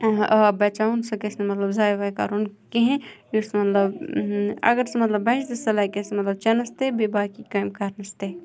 آب بَچاوُن سُہ گژھِ نہٕ مطلب زایہِ وایہِ کَرُن کِہیٖنۍ یُس مطلب اگر سُہ مطلب بَچہِ تہِ سُہ لَگہِ کٲنٛسہِ مطلب چٮ۪نَس تہِ بیٚیہِ باقی کامہِ کَرنَس تہِ